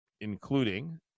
including